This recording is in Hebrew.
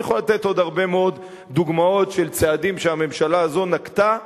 יכול לתת עוד הרבה מאוד דוגמאות של צעדים שהממשלה הזאת נקטה,